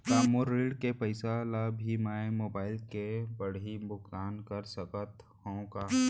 का मोर ऋण के पइसा ल भी मैं मोबाइल से पड़ही भुगतान कर सकत हो का?